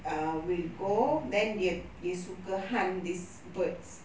err will go then they they suka hunt these birds